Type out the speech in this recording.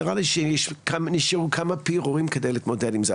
נראה לי שנשארו כמה פירורים כדי להתמודד עם זה.